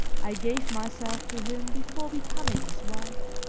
i gave myself to him before becoming his wife,